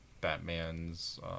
Batman's